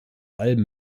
alben